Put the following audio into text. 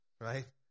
right